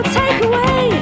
takeaway